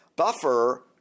Buffer